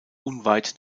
unweit